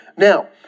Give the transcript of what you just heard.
Now